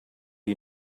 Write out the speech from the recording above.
you